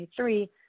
2023